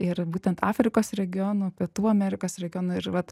ir būtent afrikos regiono pietų amerikos regiono ir vat